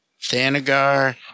Thanagar